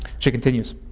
she continues